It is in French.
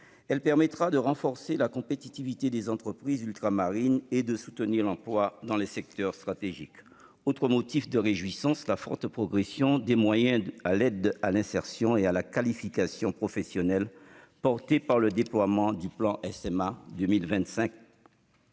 elle permettra de renforcer la compétitivité des entreprises ultramarines et de soutenir l'emploi dans les secteurs stratégiques. Autre motif de réjouissance, la forte progression des moyens alloués à l'aide à l'insertion et à la qualification professionnelle, portée par le déploiement du plan SMA 2025+.